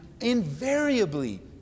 invariably